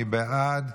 מי בעד?